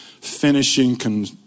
Finishing